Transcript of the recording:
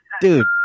Dude